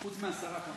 חמש דקות לרשותך.